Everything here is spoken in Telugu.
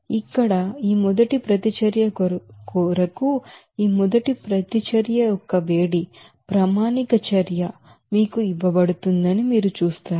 ఇక్కడ ఈ మొదటి ప్రతిచర్య కొరకు ఈ మొదటి చర్య యొక్క వేడి స్టాండ్డ్ర్డ్ రియాక్షన్ మీకు ఇవ్వబడుతుందని మీరు చూస్తారు